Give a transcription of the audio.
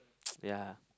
ya